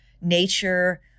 nature